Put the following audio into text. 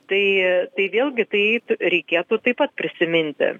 tai tai vėlgi taip reikėtų taip pat prisiminti